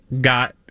got